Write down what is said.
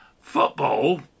Football